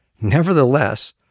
Nevertheless